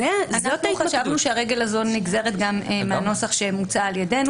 אנחנו חשבנו שהרגל הזאת נגזרת גם מהנוסח שמוצע על ידינו,